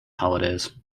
holidays